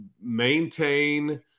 maintain